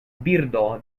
birdo